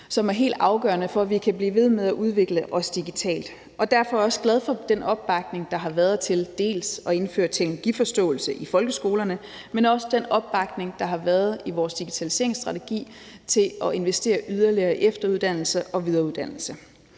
som er helt afgørende for, at vi kan blive ved med at udvikle os digitalt. Derfor er jeg også glad for den opbakning, der både har været til at indføre teknologiforståelse i folkeskolerne, men også for den opbakning, der har været i vores digitaliseringsstrategi til at investere yderligere i efteruddannelse og videreuddannelse.